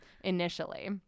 initially